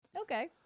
Okay